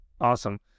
awesome